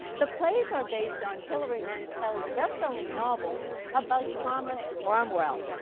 the plays are based on hilary mantel's bestselling novels about thomas cromwell.